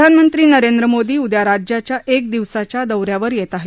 प्रधानमंत्री नरेंद्र मोदी उद्या राज्याच्या एक दिवसाच्या दौऱ्यावर येत आहेत